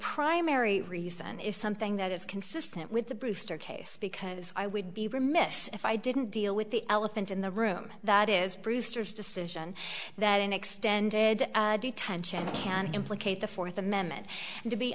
primary reason is something that is consistent with the brewster case because i would be remiss if i didn't deal with the elephant in the room that is brewster's decision that an extended detention can implicate the fourth amendment and to be